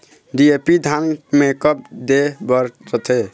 DAP धान मे कब दे बर रथे?